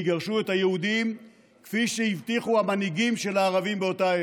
ויגרשו את היהודים כפי שהבטיחו המנהיגים של הערבים באותה עת.